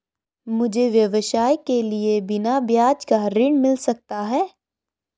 मुझे व्यवसाय के लिए बिना ब्याज का ऋण मिल सकता है?